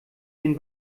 den